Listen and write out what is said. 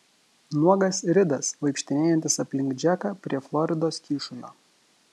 nuogas ridas vaikštinėjantis aplink džeką prie floridos kyšulio